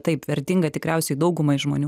taip vertinga tikriausiai daugumai žmonių